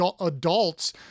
adults